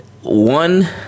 One